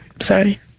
Sorry